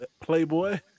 playboy